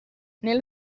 nella